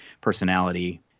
personality